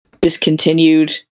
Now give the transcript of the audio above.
discontinued